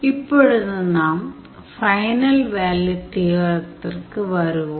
இப்பொழுது நாம் final value தியோரத்திற்கு வருவோம்